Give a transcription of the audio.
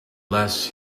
less